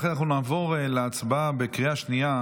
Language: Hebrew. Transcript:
לכן אנחנו נעבור להצבעה בקריאה שנייה.